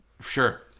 Sure